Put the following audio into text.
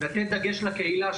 לתת דגש לקהילה,